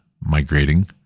migrating